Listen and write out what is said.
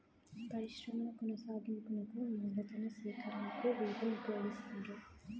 పరిశ్రమల కొనసాగింపునకు మూలతన సేకరణకు వీటిని ఉపయోగిస్తారు